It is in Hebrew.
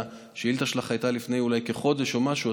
השאילתה שלך הייתה לפני כחודש או משהו,